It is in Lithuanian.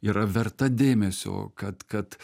yra verta dėmesio kad kad